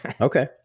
okay